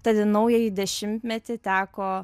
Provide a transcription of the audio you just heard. tad į naująjį dešimtmetį teko